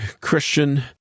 christian